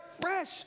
fresh